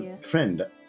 Friend